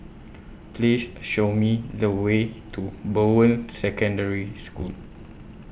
Please Show Me The Way to Bowen Secondary School